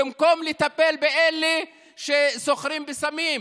במקום לטפל באלה שסוחרים בסמים,